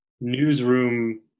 newsroom